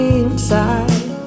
inside